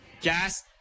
Gas